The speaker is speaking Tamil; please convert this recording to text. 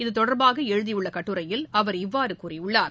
இதுதொடர்பாக எழுதியுள்ள கட்டுரையில் அவர் இவ்வாறு கூறியுள்ளார்